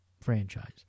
franchise